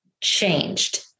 changed